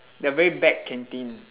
the very bad canteen